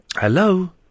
Hello